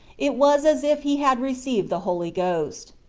it was as if he had received the holy ghost.